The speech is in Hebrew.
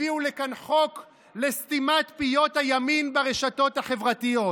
הביאו לכאן חוק לסתימת פיות הימין ברשתות החברתיות,